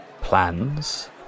plans